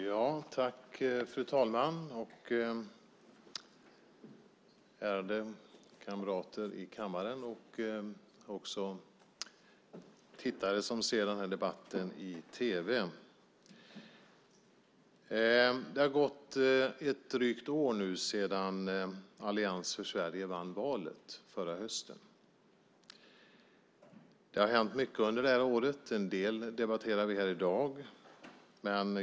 Fru talman, ärade kamrater i kammaren och tittare som ser debatten i tv! Det har gått drygt ett år sedan Allians för Sverige vann valet förra hösten. Det har hänt mycket under det här året. En del debatterar vi här i dag.